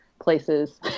Places